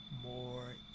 more